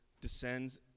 descends